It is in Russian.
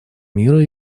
мира